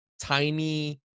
tiny